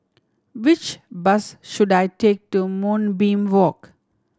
which bus should I take to Moonbeam Walk